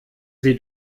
sie